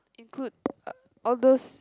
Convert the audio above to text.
include uh all those